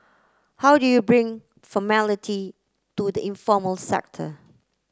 how do you bring formality to the informal sector